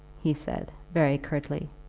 he said, very curtly.